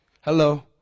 Hello